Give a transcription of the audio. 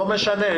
לא משנה.